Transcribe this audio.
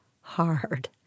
hard